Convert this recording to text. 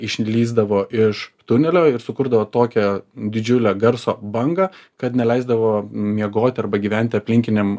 išlįsdavo iš tunelio ir sukurdavo tokią didžiulę garso bangą kad neleisdavo miegoti arba gyventi aplinkiniam